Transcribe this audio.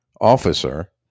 officer